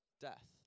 death